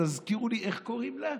תזכירו לי איך קוראים לה?